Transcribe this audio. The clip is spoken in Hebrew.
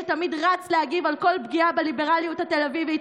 שתמיד רץ להגיב על כל פגיעה בליברליות התל אביבית,